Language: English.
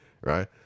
right